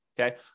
okay